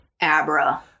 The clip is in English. abra